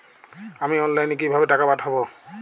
আমি অনলাইনে কিভাবে টাকা পাঠাব?